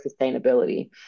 sustainability